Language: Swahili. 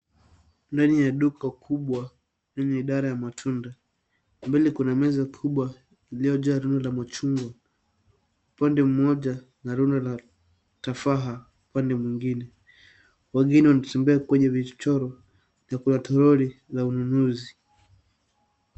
Ndani ya duka kubwa, kwenye idara ya matunda. Pembeni kuna meza kubwa iliyojaa rundo la machungwa. Upande mmoja, kuna rundo la tafaha upande mwingine. Wageni wanatembea kwenye vichochoro na kuna troli za ununuzi.